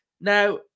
Now